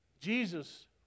Jesus